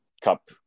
cup